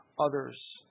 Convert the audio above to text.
others